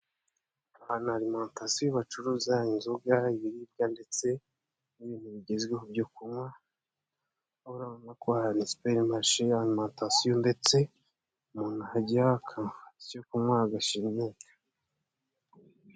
Aha ni arimantasiyo bacuruza inzoga, ibiribwa ndetse n'ibintu bigezweho byo kunywa, urabona ko hari superimarishe, arimantasiyo ndetse umuntu ajya yaka icyo kunywa agashira inyota.